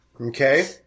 Okay